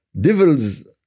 devils